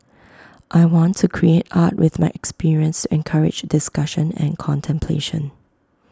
I want to create art with my experience encourage discussion and contemplation